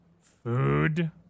food